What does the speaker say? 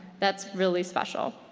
that's really special.